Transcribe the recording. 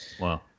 Wow